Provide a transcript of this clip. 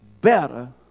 better